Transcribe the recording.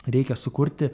reikia sukurti